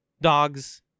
dogs